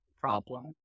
problem